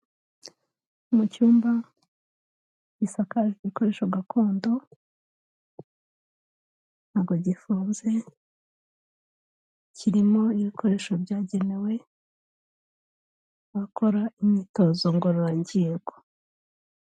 Mu cyumba gisakaje ibikoresho gakondo, ntago gifunze, kirimo ibikoresho byagenewe abakora imyitozo ngororangingo.